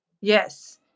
Yes